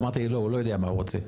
אמרת לי הוא לא יודע מה הוא רוצה.